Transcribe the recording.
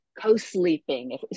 co-sleeping